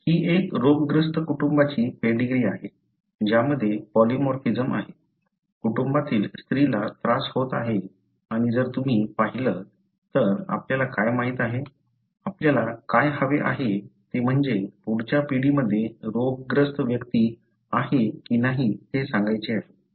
ही एक रोगग्रस्त कुटुंबाची पेडीग्री आहे ज्यामध्ये पॉलीमॉर्फिझम आहे कुटुंबातील स्त्रीला त्रास होत आहे आणि जर तुम्ही पाहिलं तर आपल्याला काय माहित आहे आपल्याला काय हवे आहे ते म्हणजे पुढच्या पिढीमध्ये रोगग्रस्त व्यक्ती आहे की नाही हे सांगायचे आहे